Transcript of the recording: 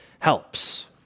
Helps